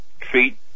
treat